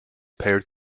paired